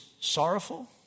sorrowful